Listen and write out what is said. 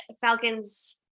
Falcons